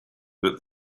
but